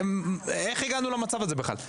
איך הגענו למצב הזה בכלל?